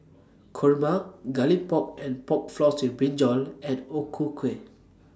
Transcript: Kurma Garlic Pork and Pork Floss with Brinjal and O Ku Kueh